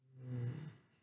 mm